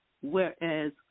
whereas